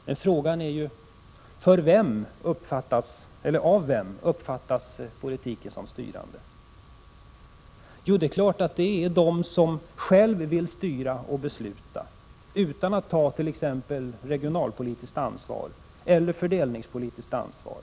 Men frågan är ju av vem politiken uppfattas som styrande. Ja, det är klart att det är av dem som själva vill styra och besluta utan att ta t.ex. regionalpolitiskt eller fördelningspolitiskt ansvar.